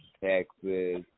Texas